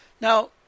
Now